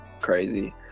crazy